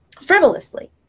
frivolously